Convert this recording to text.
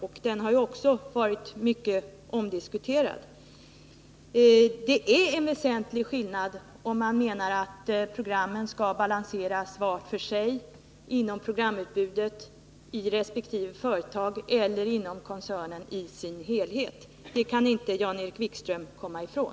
Lagen har ju också varit mycket omdiskuterad. Det är en väsentlig skillnad mellan att mena att programmen skall balanseras var för sig inom programutbudet i resp. företag och att mena att den balanseringen skall ske inom koncernen i dess helhet. Det kan inte Jan-Erik Wikström komma ifrån.